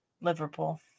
Liverpool